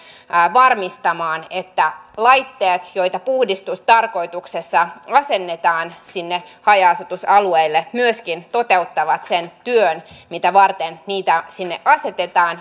varmistamaan että laitteet joita puhdistustarkoituksessa asennetaan sinne haja asutusalueille ja jotka tämä lainsäädäntö edellyttää asentamaan myöskin toteuttavat sen työn mitä varten niitä sinne asetetaan